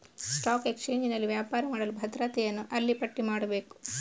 stock ಎಕ್ಸ್ಚೇಂಜಿನಲ್ಲಿ ವ್ಯಾಪಾರ ಮಾಡಲು ಭದ್ರತೆಯನ್ನು ಅಲ್ಲಿ ಪಟ್ಟಿ ಮಾಡಬೇಕು